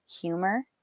humor